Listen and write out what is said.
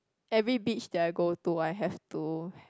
every beach that I go to I have to